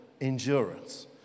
endurance